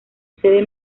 sede